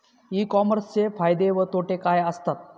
E कॉमर्सचे फायदे व तोटे काय असतात?